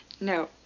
No